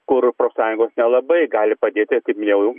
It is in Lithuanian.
kur profsąjungos nelabai gali padėti tai jas kaip minėjau